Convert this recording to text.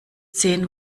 zehn